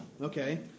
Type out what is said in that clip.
Okay